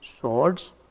swords